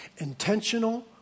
intentional